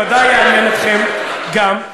ודאי יעניין אתכם גם,